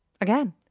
Again